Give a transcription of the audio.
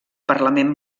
parlament